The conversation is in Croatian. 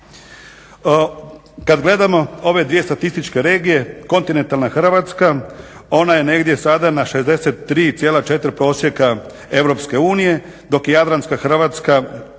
Kad gledamo ove dvije statističke regije, kontinentalna Hrvatska ona je negdje sada na 63,4 prosjeka EU, dok je Jadranska hrvatska